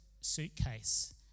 suitcase